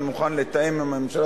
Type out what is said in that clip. אני מוכן לתאם עם הממשלה,